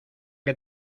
que